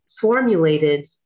formulated